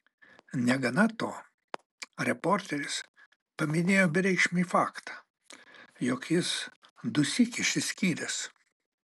negana to reporteris paminėjo bereikšmį faktą jog jis dusyk išsiskyręs